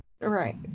right